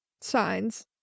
signs